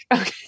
okay